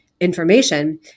information